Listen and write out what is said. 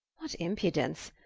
what impudence!